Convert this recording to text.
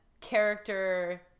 character